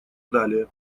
далее